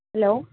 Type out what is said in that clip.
hello